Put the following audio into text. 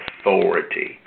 authority